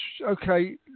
okay